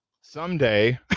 someday